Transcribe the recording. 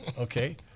okay